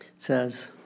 says